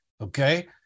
okay